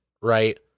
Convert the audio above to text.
right